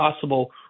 possible